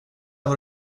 vad